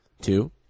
Two